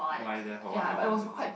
lie there for one hour and thirty minute